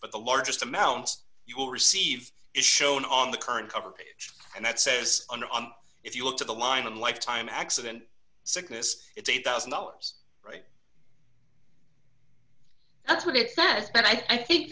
but the largest amount you will receive is shown on the current cover and that says if you look at the line on lifetime accident sickness it's eight thousand dollars right that's what it's that and i think